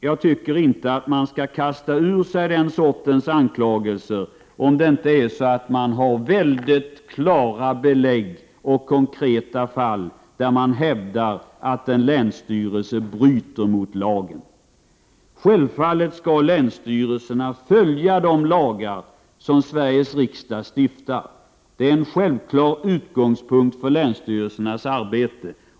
Jag tycker inte att man skall kasta ur sig den sortens anklagelser, om man inte har mycket klara belägg i konkreta fall där man hävdar att en länsstyrelse bryter mot lagen. Länsstyrelserna skall självfallet följa de lagar som Sveriges riksdag stiftar. Det är en självklar utgångspunkt för länsstyrelsernas arbete.